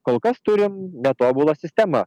kol kas turim netobulą sistemą